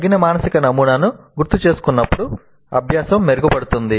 తగిన మానసిక నమూనాను గుర్తుచేసుకున్నప్పుడు అభ్యాసం మెరుగుపడుతుంది